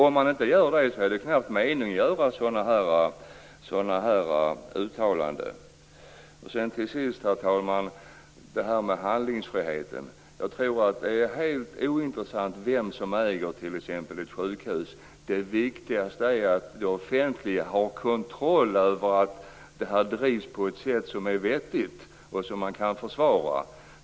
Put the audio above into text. Om han inte gör det är det knappast någon mening med att göra sådana uttalanden. Till sist, herr talman, några ord om det här med handlingsfriheten. Jag tror att det är helt ointressant vem som äger t.ex. ett sjukhus. Det viktigaste är att det offentliga har kontroll över att verksamheten drivs på ett sätt som är vettigt och som man kan försvara.